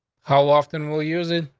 how often will use it?